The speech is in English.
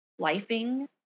lifing